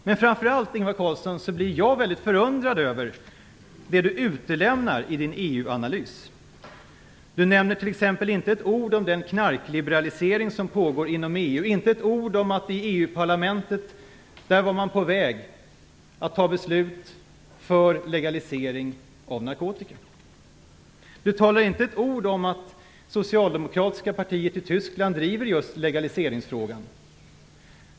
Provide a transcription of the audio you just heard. Men framför allt blir jag mycket förundrad över vad Ingvar Carlsson utelämnar i sin EU-analys. Han nämner t.ex. inte ett ord om den knarkliberalisering som pågår inom EU, inte ett ord om att man i EU parlamentet var på väg att fatta beslut för legalisering av narkotika. Ingvar Carlsson säger inte ett ord om att det socialdemokratiska partiet i Tyskland driver just legaliseringsfrågan.